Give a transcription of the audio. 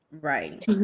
Right